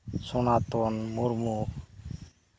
Sanatan Murmu